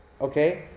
okay